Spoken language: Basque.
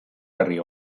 herria